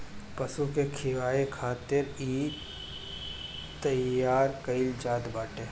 पशु के खियाए खातिर इ तईयार कईल जात बाटे